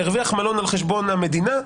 הרוויח מלון על חשבון המדינה.